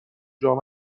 جام